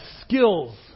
skills